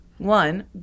One